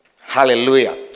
Hallelujah